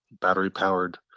battery-powered